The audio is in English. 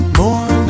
more